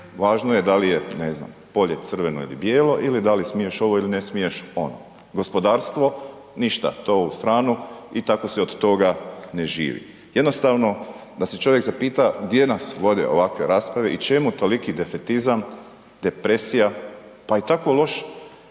važno je da li je ne znam polje crveno ili bijelo ili da li smiješ ovo ili ne smiješ ono. Gospodarstvo ništa, to u stranu i tako se od toga ne živi. Jednostavno da se čovjek zapita gdje nas vode ovakve rasprave i čemu toliki defetizam, depresija pa i tako loše